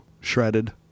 shredded